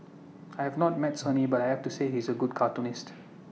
I have not met Sonny but I have to say he is A good cartoonist